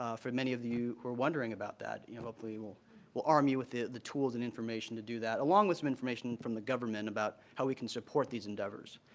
ah for many of you who are wondering about that, you know, hopefully we'll we'll arm you with the the tools and information to do that. along with some information from the government about how we can support these endeavors.